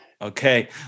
Okay